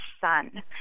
son